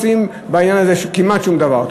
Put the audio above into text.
ולא עושים בעניין הזה כמעט שום דבר.